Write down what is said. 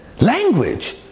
language